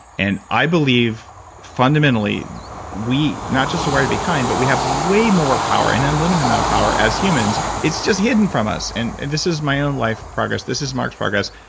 and i believe fundamentally we not just wired to be kind, but we have way more power, an unlimited amount of power as humans. it's just hidden from us. and and this is my own life progress. this is mark's progress.